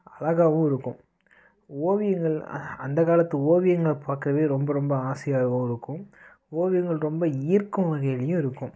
அழகாகவும் இருக்கும் ஓவியங்கள் அந்தக்காலத்து ஓவியங்கள் பார்க்கவே ரொம்ப ரொம்ப ஆசையாகவும் இருக்கும் ஓவியங்கள் ரொம்ப ஈர்க்கும் வகையிலையும் இருக்கும்